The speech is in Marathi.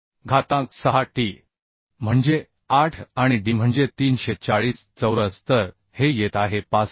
घातांक 6T म्हणजे 8 आणि Dम्हणजे 340 चौरस तर हे येत आहे 65